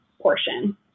portion